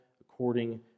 according